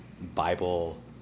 Bible